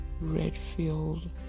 Redfield